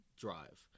drive